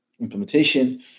implementation